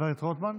חבר הכנסת רוטמן,